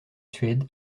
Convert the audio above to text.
suède